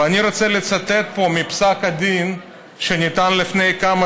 ואני רוצה לצטט פה מפסק הדין שניתן לפני כמה